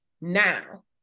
now